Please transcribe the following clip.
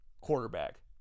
quarterback